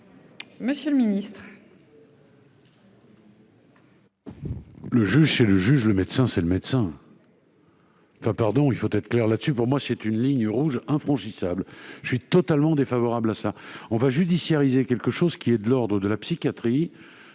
monsieur le ministre,